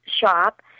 shop